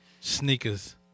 Sneakers